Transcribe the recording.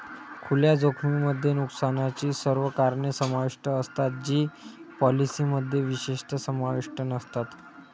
खुल्या जोखमीमध्ये नुकसानाची सर्व कारणे समाविष्ट असतात जी पॉलिसीमध्ये विशेषतः समाविष्ट नसतात